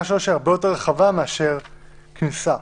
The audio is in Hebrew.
3 היא הרבה יותר רחבה מאשר רק כניסה.